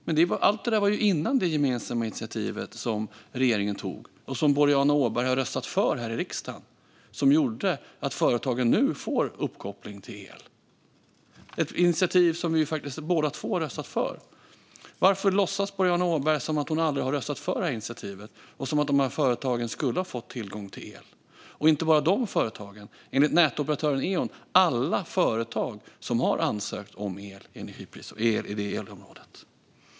Men allt det där var ju innan det gemensamma initiativ som regeringen tog och som Boriana Åberg röstade för här i riksdagen. Det har gjort att företagen nu får uppkoppling till el. Det är ett initiativ som vi faktiskt båda två har röstat för. Varför låtsas Boriana Åberg som att hon aldrig har röstat för initiativet och att de här företagen skulle ha fått tillgång till el, och inte bara de företagen. Enligt nätoperatören Eon har alla företag som har ansökt om el fått tillgång till el i det elområdet.